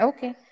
Okay